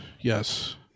Yes